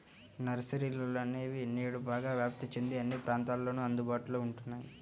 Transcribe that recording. నర్సరీలనేవి నేడు బాగా వ్యాప్తి చెంది అన్ని ప్రాంతాలలోను అందుబాటులో ఉంటున్నాయి